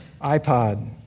iPod